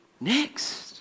next